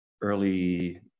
early